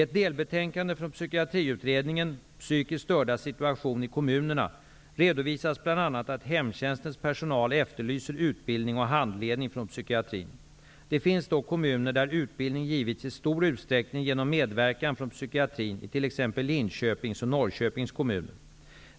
Psykiskt stördas situation i kommunerna, redovisas bl.a. att hemtjänstens personal efterlyser utbildning och handledning från psykiatrin. Det finns dock kommuner där utbildning givits i stor utsträckning genom medverkan från psykiatrin, t.ex. Linköpings och Norrköpings kommuner.